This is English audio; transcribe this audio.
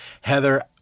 Heather